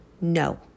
no